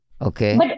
Okay